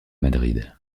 madrid